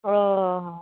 ᱚᱻ